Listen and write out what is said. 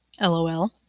LOL